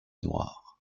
noirs